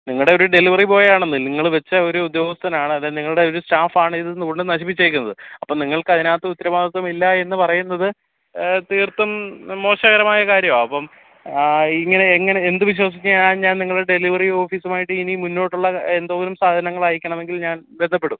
നിങ്ങളുടെ ഒരു delivery boy ആണല്ലോ നിങ്ങൾ വച്ച ഒരു ഉദ്യോഗസ്ഥനാണ് അത് നിങ്ങളുടെ ഒരു സ്റ്റാഫ് ആണ് ഇത് കൊണ്ട് നശിപ്പിച്ചേക്കുന്നത് അപ്പം നിങ്ങൾക്ക് അതിനകത്ത് ഉത്തരവാദിത്വം ഇല്ല എന്ന് പറയുന്നത് തീർത്തും മോശകരമായ കാര്യമാ അപ്പം ഇങ്ങനെ എങ്ങനെ എന്ത് വിശ്വസിച്ച് ഞാൻ ഞാൻ നിങ്ങളെ ഡെലിവെറി ഓഫീസുമായിട്ട് ഇനിയും മുന്നോട്ടുള്ള എന്തോരം സാധനങ്ങൾ അയക്കണമെങ്കിൽ ഞാൻ ബന്ധപ്പെടും